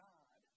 God